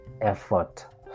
Effort